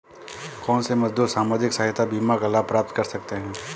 कौनसे मजदूर सामाजिक सहायता बीमा का लाभ प्राप्त कर सकते हैं?